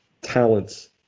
talents